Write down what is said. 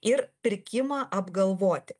ir pirkimą apgalvoti